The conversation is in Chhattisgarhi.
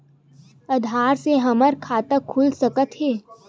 आधार से हमर खाता खुल सकत हे?